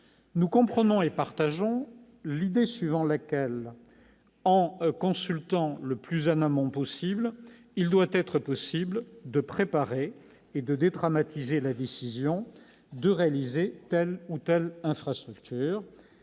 Nous comprenons et partageons l'idée suivant laquelle, en consultant le plus en amont possible, il doit être possible de préparer et de dédramatiser la décision de réaliser telle ou telle infrastructure.